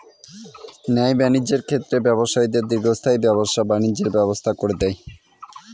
ন্যায় বাণিজ্যের ক্ষেত্রে ব্যবসায়ীদের দীর্ঘস্থায়ী ব্যবসা বাণিজ্যের ব্যবস্থা করে দেয়